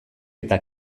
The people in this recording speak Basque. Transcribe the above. eta